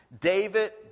David